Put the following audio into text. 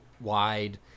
wide